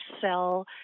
sell